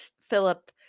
Philip